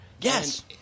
Yes